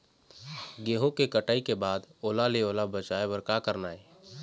गेहूं के कटाई के बाद ओल ले ओला बचाए बर का करना ये?